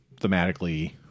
thematically